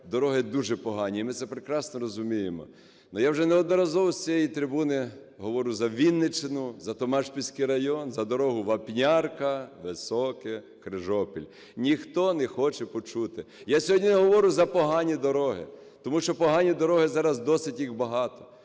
дороги дуже погані, і ми це прекрасно розуміємо, я вже неодноразово з цієї трибуни говорю за Вінниччину, за Томашпільський район, за дорогу Вапнярка – Високе - Крижопіль, ніхто не хоче почути. Я сьогодні говорю за погані дороги, тому що погані дороги, зараз досить їх багато,